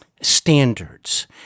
standards